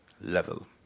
level